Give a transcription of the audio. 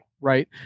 right